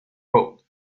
road